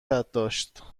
داشت